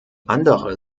andere